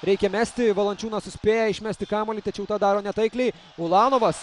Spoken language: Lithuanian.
reikia mesti valančiūnas suspėja išmesti kamuolį tačiau tą daro netaikliai ulanovas